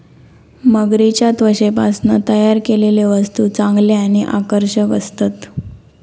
मगरीच्या त्वचेपासना तयार केलेले वस्तु चांगले आणि आकर्षक असतत